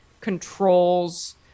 controls